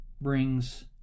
brings